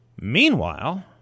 Meanwhile